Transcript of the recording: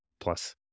plus